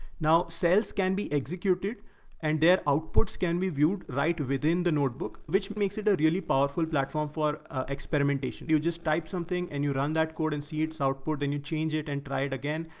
now cells can be executed and their outputs can be viewed right within the notebook, which makes it a really powerful platform for experimentation. you would just type something and you run that code and see its output. then you change it and try it again.